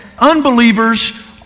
unbelievers